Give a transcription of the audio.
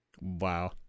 Wow